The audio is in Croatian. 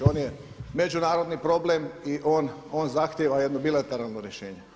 On je međunarodni problem i on zahtijeva jedno bilateralno rješenje.